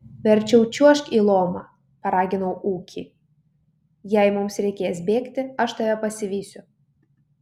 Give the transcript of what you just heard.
verčiau čiuožk į lomą paraginau ūkį jei mums reikės bėgti aš tave pasivysiu